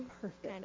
Perfect